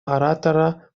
оратора